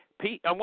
Pete